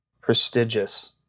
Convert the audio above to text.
prestigious